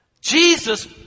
Jesus